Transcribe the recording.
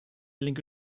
linke